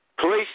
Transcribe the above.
Police